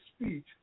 speech